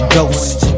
ghost